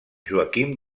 joaquim